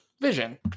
Vision